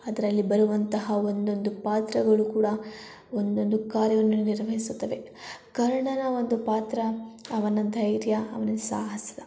ಅದರಲ್ಲಿ ಬರುವಂತಹ ಒಂದೊಂದು ಪಾತ್ರಗಳು ಕೂಡ ಒಂದೊಂದು ಕಾರ್ಯವನ್ನು ನಿರ್ವಹಿಸುತ್ತವೆ ಕರ್ಣನ ಒಂದು ಪಾತ್ರ ಅವನ ಧೈರ್ಯ ಅವನ ಸಾಹಸ